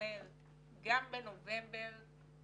300 חולי קורונה.